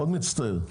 מצטער מאוד.